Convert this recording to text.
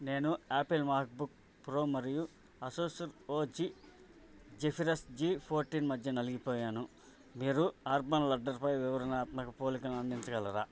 నేను Apple MacBook Pro మరియు Asus R O G Zephyrus G fourteen మధ్య నలిగిపోయాను మీరు అర్బన్ లడ్డర్పై వివరణాత్మక పోలికలను అందించగలరా